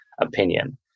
opinion